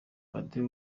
padiri